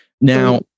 Now